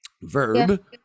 verb